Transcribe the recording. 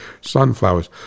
Sunflowers